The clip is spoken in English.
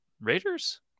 Raiders